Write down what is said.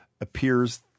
appears